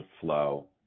flow